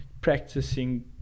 practicing